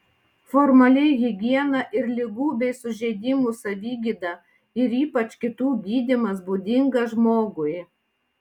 formaliai higiena ir ligų bei sužeidimų savigyda ir ypač kitų gydymas būdingas žmogui